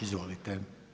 Izvolite.